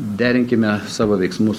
derinkime savo veiksmus